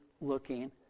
looking